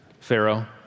Pharaoh